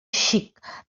xic